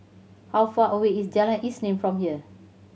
how far away is Jalan Isnin from here